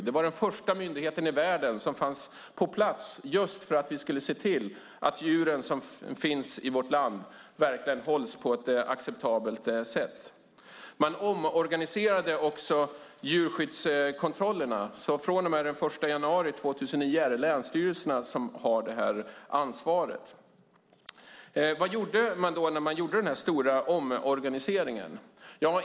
Det var den första myndigheten i världen som fanns på plats just för att vi skulle se till att djuren som finns i vårt land hålls på ett acceptabelt sätt. Man omorganiserade också djurskyddskontrollerna. Från och med den 1 januari 2009 är det länsstyrelserna som har ansvaret. Vad gjorde man då när man gjorde den stora omorganiseringen?